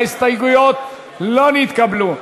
ההסתייגויות לא נתקבלו.